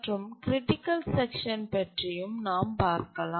மற்றும் critical section பற்றியும் நாம் பார்க்கலாம்